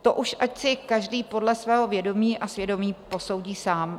To už ať si každý podle svého vědomí a svědomí posoudí sám.